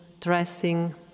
dressing